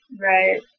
Right